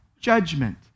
judgment